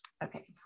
Okay